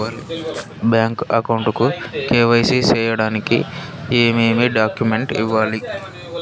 Bank account కు KYC సేయడానికి ఏమేమి డాక్యుమెంట్ ఇవ్వాలి?